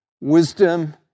Wisdom